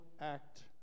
act